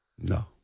No